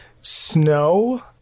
Snow